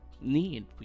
need